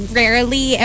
rarely